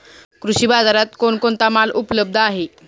कृषी बाजारात कोण कोणता माल उपलब्ध आहे?